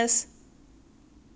is that a surprise